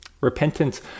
Repentance